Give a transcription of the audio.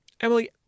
Emily